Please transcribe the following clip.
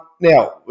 Now